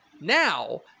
now